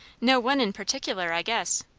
no one in particular, i guess.